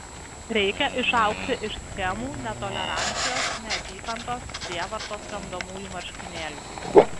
reikia išaugti iš schemų netolerancijos neapykantos prievartos tramdomųjų marškinėlių